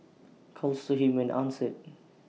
calls to him went answered